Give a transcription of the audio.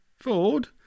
Ford